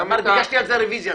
כבר ביקשתי על זה רוויזיה.